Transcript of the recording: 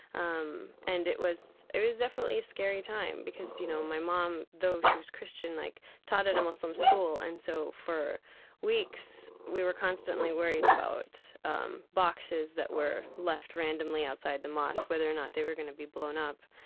um and it was it was definitely a scary time because, you know, my mom, though she was christian, like taught at a muslim school. and so for weeks, we were constantly worried about um boxes that were left randomly outside the mosque, whether or not they were going to be blown up,